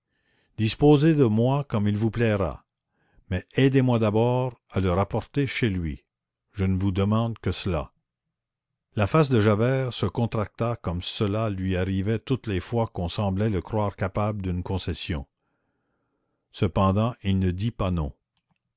disposez de moi comme il vous plaira mais aidez-moi d'abord à le rapporter chez lui je ne vous demande que cela la face de javert se contracta comme cela lui arrivait toutes les fois qu'on semblait le croire capable d'une concession cependant il ne dit pas non